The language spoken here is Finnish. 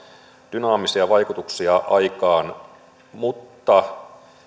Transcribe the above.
dynaamisia vaikutuksia mutta